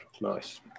Nice